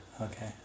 Okay